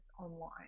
online